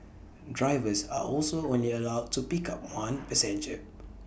drivers are also only allowed to pick up one passenger